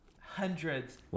hundreds